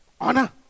Honor